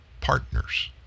partners